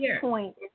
point